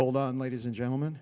hold on ladies and gentlemen